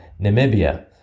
Namibia